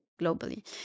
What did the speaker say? globally